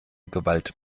gewalt